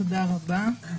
תודה רבה.